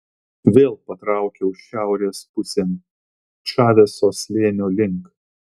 vėl patraukiau šiaurės pusėn čaveso slėnio link